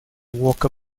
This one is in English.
walker